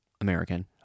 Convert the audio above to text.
American